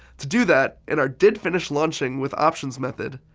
to do that, in our didfinishlaunchingwithoptions method,